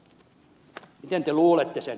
miten te luulette sen